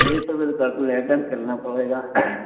یہ تو پھر کیلکولیٹر کرنا پڑے گا